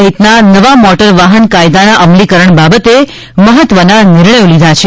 સહિતના નવા મોટર વાહન કાયદાના અમલીકરણ બાબતે મહત્વના નિર્ણયો લીધા છે